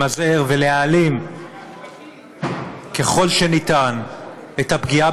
למזער ולהעלים ככל האפשר את הפגיעה